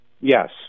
Yes